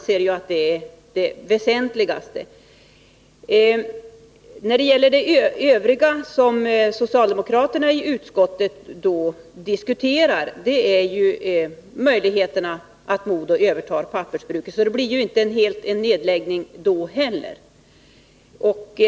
Socialdemokraterna i utskottet har också diskuterat möjligheten att MoDo övertar pappersbruket. Då skulle det inte heller bli en nedläggning.